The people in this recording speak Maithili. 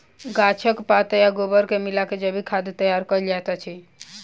गाछक पात आ गोबर के मिला क जैविक खाद तैयार कयल जाइत छै